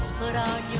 put on